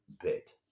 bit